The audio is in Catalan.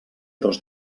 dos